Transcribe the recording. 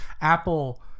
Apple